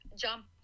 jump